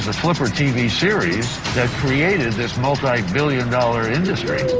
ah flipper tv series that created this multibillion dollar industry.